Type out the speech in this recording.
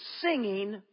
singing